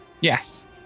Yes